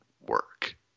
work